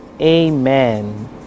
Amen